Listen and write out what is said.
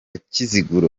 kiziguro